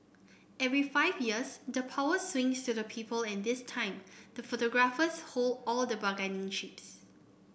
every five years the power swings to the people and this time the photographers hold all the bargaining chips